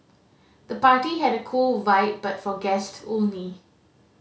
the party had a cool vibe but for guest only